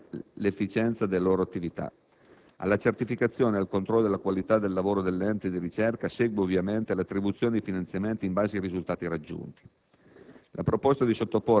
ma anche l'efficienza delle loro attività. Alla certificazione e al controllo della qualità del lavoro dell'ente di ricerca segue, ovviamente, l'attribuzione dei finanziamenti in base ai risultati raggiunti.